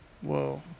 Whoa